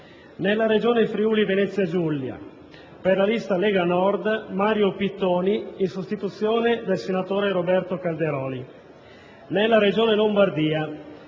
nella Regione Friuli-Venezia Giulia, per la lista "Lega Nord", Mario Pittoni, in sostituzione del senatore Roberto Calderoli; nella Regione Lombardia,